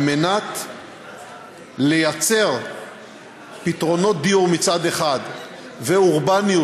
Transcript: על מנת לייצר פתרונות דיור מצד אחד ואורבניות,